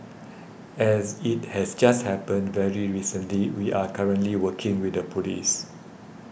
as it has just happened very recently we are currently working with the police